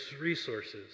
resources